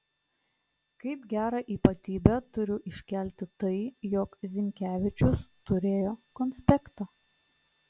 kaip gerą ypatybę turiu iškelti tai jog zinkevičius turėjo konspektą